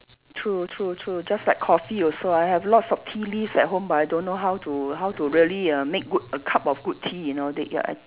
true true true just like coffee also I have lots of tea leaves at home but I don't know how to how to really err make good a cup of good tea you know they ya